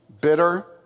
bitter